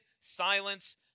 silence